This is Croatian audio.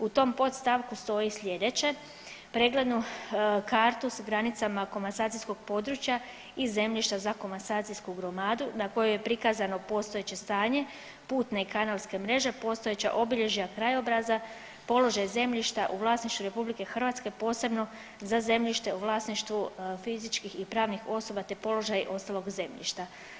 U tom podstavku stoji sljedeće, preglednu kartu s granicama komasacijskog područja i zemljišta za komasacijsku gromadu na kojoj je prikazano postojeće stanje, putne i kanalske mreže, postojeća obilježja krajobraza, položaj zemljišta u vlasništvu RH posebno za zemljište u vlasništvu fizičkih i pravnih osoba te položaj ostalog zemljišta.